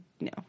no